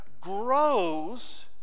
grows